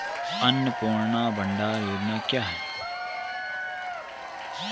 अन्नपूर्णा भंडार योजना क्या है?